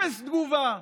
אפס תגובה,